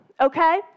okay